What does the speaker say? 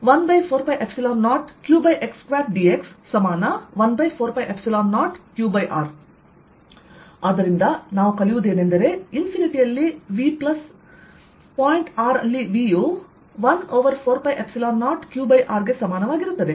dxxx14π0qx2dx14π0qr ಆದ್ದರಿಂದ ನಾವು ಕಲಿಯುವುದೇನೆಂದರೆ ಇನ್ಫಿನಿಟಿ ಯಲ್ಲಿ V ಪ್ಲಸ್ ಪಾಯಿಂಟ್ r ಅಲ್ಲಿ V ಯು 1 ಓವರ್ 4π0 qr ಗೆ ಸಮಾನವಾಗಿರುತ್ತದೆ